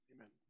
Amen